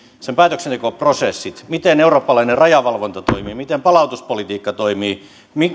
sen päätöksentekoprosessit toimivat miten eurooppalainen rajavalvonta toimii miten palautuspolitiikka toimii